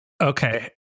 Okay